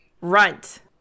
runt